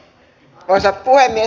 arvoisa puhemies